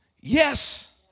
Yes